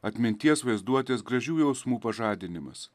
atminties vaizduotės gražių jausmų pažadinimas